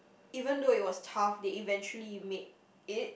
even though it was tough they eventually made it